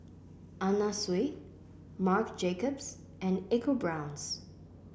Anna Sui Marc Jacobs and ecoBrown's